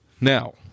now